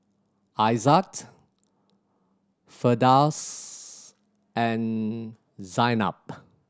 Aizat Firdaus and Zaynab